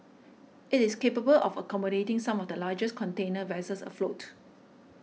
it is capable of accommodating some of the largest container vessels afloat